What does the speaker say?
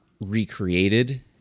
recreated